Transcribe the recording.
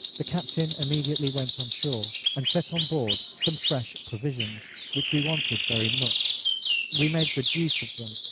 the captain immediately went on shore, and sent on board some fresh provisions, which we wanted very much we made good use of them,